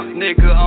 nigga